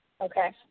Okay